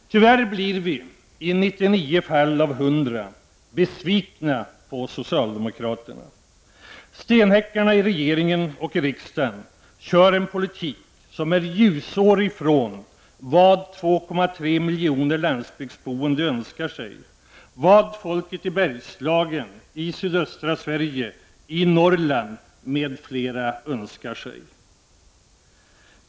Tyvärr blir vi i 99 fall av 100 besvikna på socialdemokraterna. ”Stenhäckarna” i regeringen och i riksdagen för en politik som är ljusår ifrån vad 2,3 miljoner landsbygdsboende önskar sig, vad folket i Bergslagen, i sydöstra Sverige, i Norrland m.fl. regioner önskar sig.